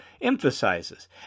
emphasizes